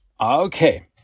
Okay